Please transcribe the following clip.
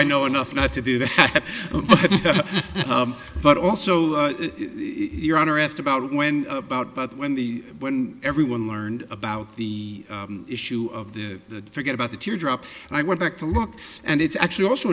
i know enough not to do that but also your honor asked about when about but when the when everyone learned about the issue of the forget about the teardrop and i went back to look and it's actually also